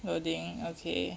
loading okay